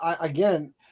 again